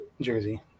jersey